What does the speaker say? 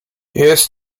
jest